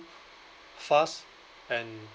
fast and